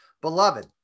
Beloved